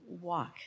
walk